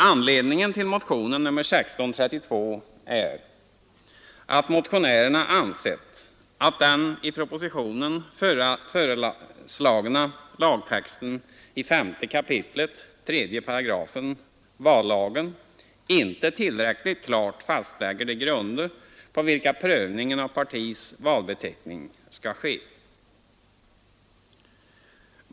Anledningen till motionen nr 1632 är att motionärerna ansett att den i propositionen föreslagna lagtexten i 5 kap. 3 § vallagen inte tillräckligt klart fastlägger de grunder på vilka prövningen av partis valbeteckning skall ske.